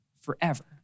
forever